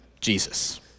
Jesus